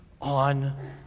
on